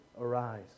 arise